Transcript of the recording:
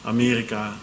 Amerika